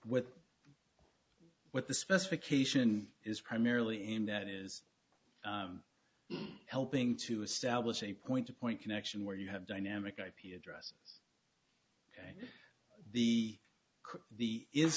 what what the specification is primarily aimed at is helping to establish a point to point connection where you have dynamic ip address the the is